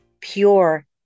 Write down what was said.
Pure